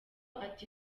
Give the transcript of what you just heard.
ati